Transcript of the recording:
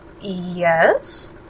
Yes